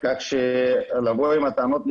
כך שלבוא עם הטענות למינהל,